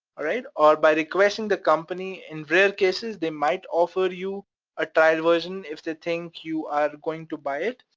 alright? or by requesting the company, in rare cases they might offer you a trial version if they think you are going to buy it,